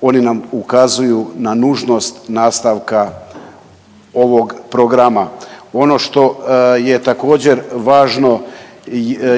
oni nam ukazuju na nužnost nastavka ovog programa. Ono što je također važno